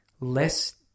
less